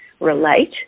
Relate